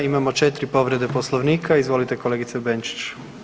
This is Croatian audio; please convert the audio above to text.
Imamo 4 povrede Poslovnika, izvolite kolegice Benčić.